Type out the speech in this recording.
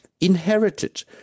inherited